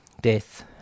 death